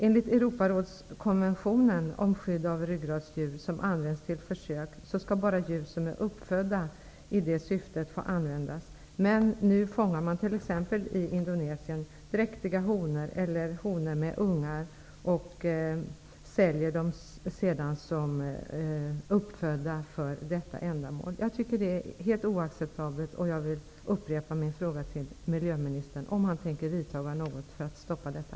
Enligt Europarådskonventionen om skydd av ryggradsdjur som används till försök skall bara djur som är uppfödda i det syftet få användas. Nu fångar man t.ex. i Indonesien dräktiga honor eller honor med ungar och säljer dem som uppfödda för försöksändamål. Jag tycker att detta är helt oacceptabelt. Jag vill upprepa min fråga till miljöministern om han tänker vidta något för att stoppa detta.